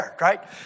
right